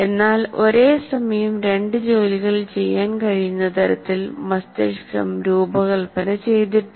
എന്നാൽ ഒരേ സമയം രണ്ട് ജോലികൾ ചെയ്യാൻ കഴിയുന്ന തരത്തിൽ മസ്തിഷ്കം രൂപകൽപ്പന ചെയ്തിട്ടില്ല